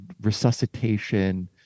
resuscitation